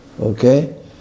Okay